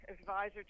advisor